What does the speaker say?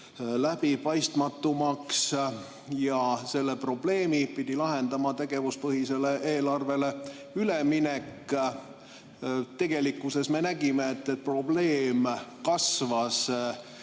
läbipaistmatumaks. Selle probleemi pidi lahendama tegevuspõhisele eelarvele üleminek. Tegelikkuses me nägime, et probleem kasvas